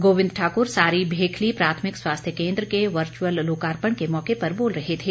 गोविंद सिंह ठाकुर सारी भेखली प्राथमिक स्वास्थ्य केन्द्र के वर्चुअल लोकार्पण के मौके पर बोल रहे थे